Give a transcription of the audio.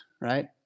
right